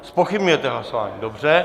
Zpochybňujete hlasování, dobře.